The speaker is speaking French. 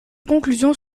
conclusions